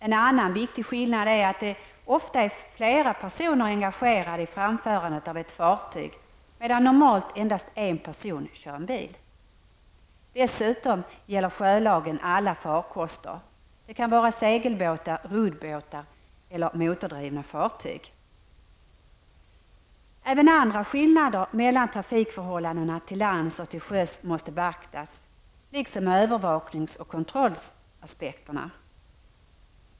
En annan viktig skillnad är att det ofta är flera personer engagerade i framförandet av ett fartyg, medan normalt endast en person kör en bil. Dessutom gäller sjölagen alla farkoster. Det kan t.ex. vara segelbåtar, roddbåtar eller motordrivna fartyg. Även andra skillnader mellan trafikförhållandena till lands och till sjöss måste beaktas liksom övervaknings och kontrollaspekterna.